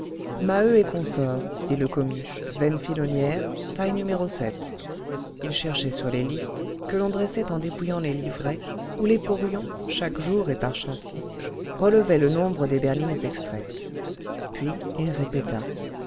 maheu et consorts dit le commis veine filonnière taille numéro sept il cherchait sur les listes que l'on dressait en dépouillant les livrets où les porions chaque jour et par chantier relevaient le nombre des berlines extraites puis il répéta